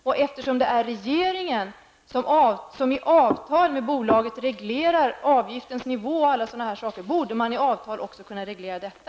Och eftersom det är regeringen som i avtal med bolaget reglerar avgiftens nivå och liknande borde man i avtal också kunna reglera detta.